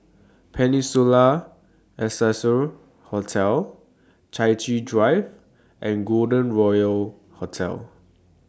Peninsula Excelsior Hotel Chai Chee Drive and Golden Royal Hotel